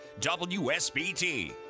WSBT